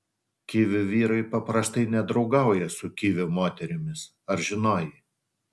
kivių vyrai paprastai nedraugauja su kivių moterimis ar žinojai